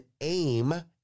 aim